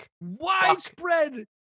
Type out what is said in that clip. widespread